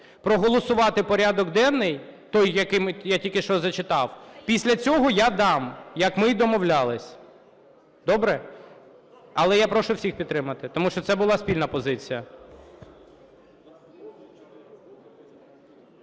проголосувати порядок денний той, який я тільки що зачитав, після цього я дам, як ми і домовлялися. Добре? Але я прошу всіх підтримати, тому що це була спільна позиція.